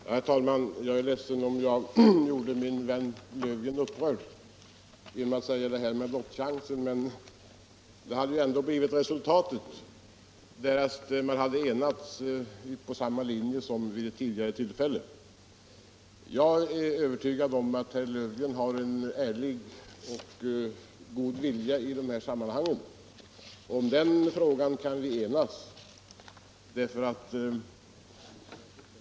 Herr talman! Jag är ledsen om jag gjorde min vän Löfgren upprörd genom att tala om detta med lottningschans. Men detta skulle ju ändå ha blivit resultatet, om man hade enats på samma linje som vid det tidigare tillfället. Jag är övertygad om att herr Löfgren har en ärlig och god vilja i dessa sammanhang — om den saken kan vi vara eniga.